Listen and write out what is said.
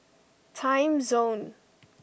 timezone